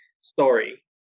story